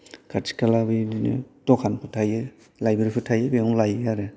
खाथि खाला बैदिनो दखान थायो लाइब्रेरि फोर थायो बेयावनो लायो आरो